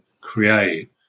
create